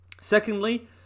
secondly